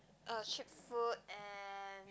uh cheap food and